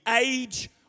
age